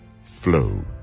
flow